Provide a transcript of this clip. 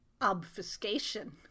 Obfuscation